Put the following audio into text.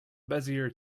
bezier